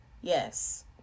yes